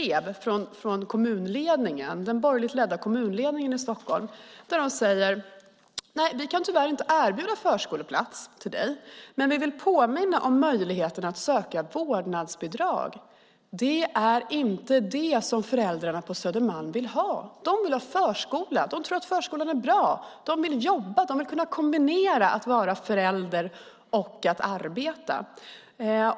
De får ett brev från den borgerliga kommunledningen i Stockholm som säger: Vi kan tyvärr inte erbjuda en förskoleplats men vill påminna om möjligheten att söka vårdnadsbidrag. Det är inte vad föräldrarna på Södermalm vill ha. De vill ha förskola till sina barn. De tror att förskolan är bra och vill jobba. De vill kunna kombinera föräldraskap och arbete.